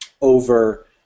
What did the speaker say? over